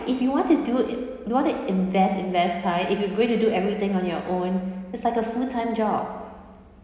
if you want to do i~ you want to invest invest time if you going to do everything on your own it's like a full time job